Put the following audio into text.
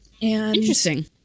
Interesting